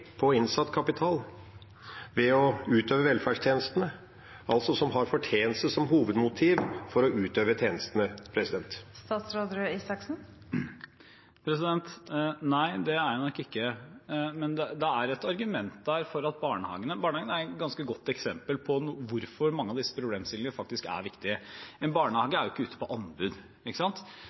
på innsatt kapital ved å utøve velferdstjenestene, som altså har fortjeneste som hovedmotiv for å utøve tjenestene? Nei, det er jeg nok ikke. Men det er et argument der, for barnehagene er et ganske godt eksempel på hvorfor mange av disse problemstillingene faktisk er viktige. En barnehage er ikke ute på anbud.